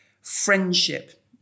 friendship